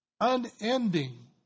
unending